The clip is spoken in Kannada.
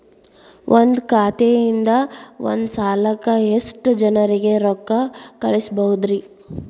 ಒಂದ್ ಖಾತೆಯಿಂದ, ಒಂದ್ ಸಲಕ್ಕ ಎಷ್ಟ ಜನರಿಗೆ ರೊಕ್ಕ ಕಳಸಬಹುದ್ರಿ?